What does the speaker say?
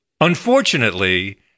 Unfortunately